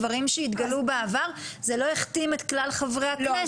כמו דברים שהתגלו בעבר זה לא הכתים את כלל חברי הכנסת.